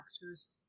factors